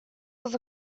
was